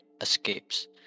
escapes